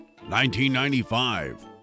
1995